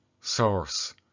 source